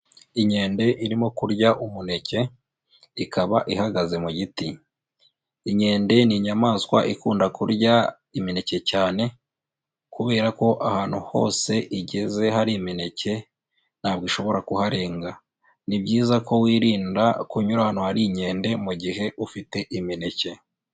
Inkende irimo kurya umuneke, ikaba ihagaze mu giti. Inkende ni inyamaswa ikunda kurya imineke cyane kubera ko ahantu hose igeze hari imineke ntabwo ishobora kuharenga. Ni byiza ko wirinda kunyura ahantu hari inkende mu gihe ufite imineke.